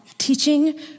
teaching